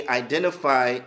identify